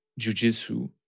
jujitsu